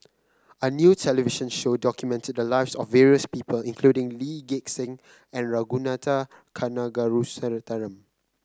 a new television show documented the lives of various people including Lee Gek Seng and Ragunathar Kanagasuntheram